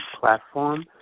platform